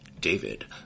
David